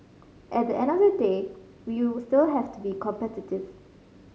at the end of the day we still have to be competitive